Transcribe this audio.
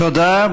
תודה.